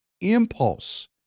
impulse